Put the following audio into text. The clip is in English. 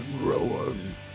Rowan